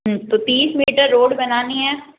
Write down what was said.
तो तीस metre road बनानी है